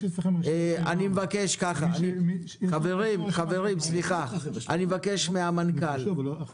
יש אצלכם מסמכים אבל בכלל לא התייחסתם.